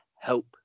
help